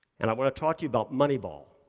and i want to talk to you about moneyball.